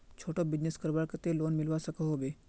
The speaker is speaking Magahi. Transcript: छोटो बिजनेस करवार केते लोन मिलवा सकोहो होबे?